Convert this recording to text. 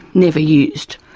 never used.